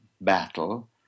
battle